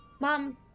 Mom